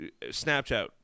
Snapchat